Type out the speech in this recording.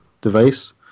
device